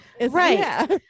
Right